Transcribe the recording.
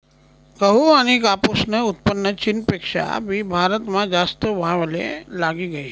गहू आनी कापूसनं उत्पन्न चीनपेक्षा भी भारतमा जास्त व्हवाले लागी गयी